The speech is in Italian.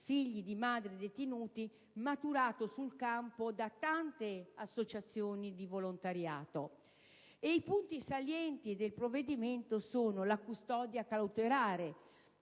figli di madri detenute maturata sul campo da tante associazioni di volontariato. Uno dei punti salienti del provvedimento è quello della custodia cautelare.